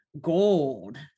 gold